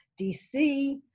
DC